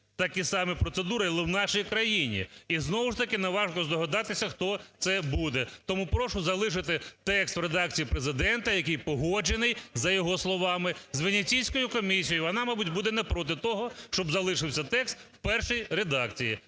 такі самі процедури, але у нашій країні, і знову ж таки не важко здогадатися хто це буде. Тому прошу залишити текст в редакції Президента, який погоджений, за його словами, з Венеціанською комісією, вона, мабуть, буде не проти того, щоб залишився текст в першій редакції.